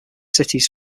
cities